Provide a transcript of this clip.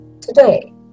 today